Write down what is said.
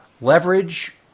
leverage